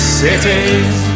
cities